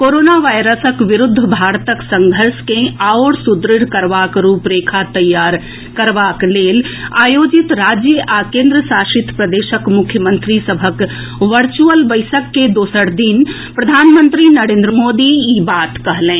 corona वायरसक विरूद्ध भारतक संघर्ष के आओर सुदृढ़ करबाक रूपरेखा तैयार करबाक लेल आयोजित राज्य आ केन्द्रशासित प्रदेशक मुख्यमंत्री सभक वर्चुअल बैसक के दोसर दिन प्रधानमंत्री नरेन्द्र मोदी ई बात कहलनि